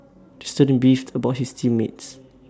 the student beefed about his team mates